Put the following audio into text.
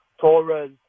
Torres